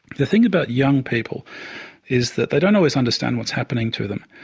the thing about young people is that they don't always understand what's happening to them,